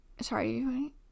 Sorry